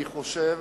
אני חושב